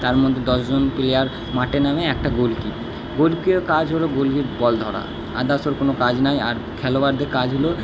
তার মধ্যে দশজন প্লেয়ার মাঠে নামে একটা গোলকি গোল কিপারের কাজ হলো গোলে বল ধরা অদার্স ওর কোনো কাজ নাই আর খেলোয়াড়দের কাজ হলো